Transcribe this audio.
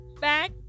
back